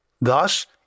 Thus